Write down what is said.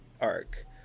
arc